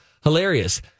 hilarious